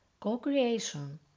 Co-creation